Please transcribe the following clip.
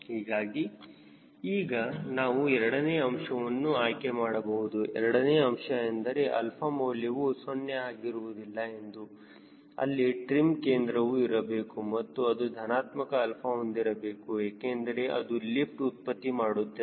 ಹೀಗಾಗಿ ಈಗ ನಾವು ಎರಡನೇ ಅಂಶವನ್ನು ಆಯ್ಕೆ ಮಾಡಬಹುದು ಎರಡನೇ ಅಂಶ ಎಂದರೆ 𝛼 ಮೌಲ್ಯವು 0 ಆಗಿರುವುದಿಲ್ಲ ಎಂದು ಅಲ್ಲಿ ಟ್ರಿಮ್ ಕೇಂದ್ರವು ಇರಬೇಕು ಮತ್ತು ಅದು ಧನಾತ್ಮಕ 𝛼 ಹೊಂದಿರಬೇಕು ಏಕೆಂದರೆ ಅದು ಲಿಫ್ಟ್ ಉತ್ಪತ್ತಿ ಮಾಡುತ್ತದೆ